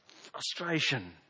frustration